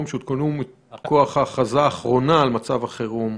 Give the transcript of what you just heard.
שהותקנו מכוח ההכרזה האחרונה על מצב החירום,